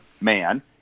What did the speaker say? man